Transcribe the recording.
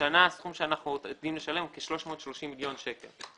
השנה הסכום שאנחנו עומדים לשלם הוא כ-330 מיליון שקלים.